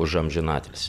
už amžinatilsį